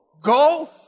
go